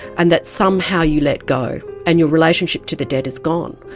and that somehow you let go, and your relationship to the dead is gone.